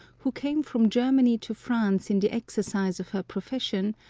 who came from germany to france in the exercise of her profession,